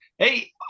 Hey